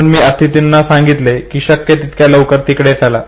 म्हणून मी अतिथींना सांगितले कि शक्य तितक्या लवकर तिकडे चला